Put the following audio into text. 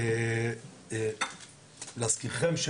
להזכירכם,